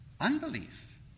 unbelief